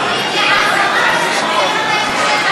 אלה שכתבו על הקיר בעזה, מה כתבו על הקיר בעזה?